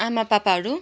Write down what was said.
आमा पापाहरू